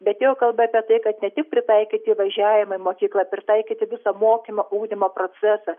bet ėjo kalba apie tai kad ne tik pritaikyti įvažiavimą į mokyklą pritaikyti visą mokymą ugdymo procesą